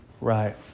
Right